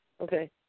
okay